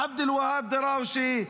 עבד-אלוהאב דראושה,